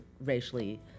racially